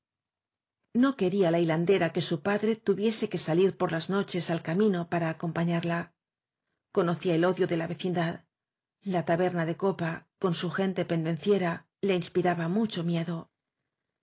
no quería la hilandera que su padre tuviese que salir por las noches al camino para acom pañarla conocía el odio de la vecindad la taberna de copa con su gente pendenciera le inspiraba mucho miedo